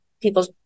people